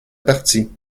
partie